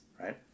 right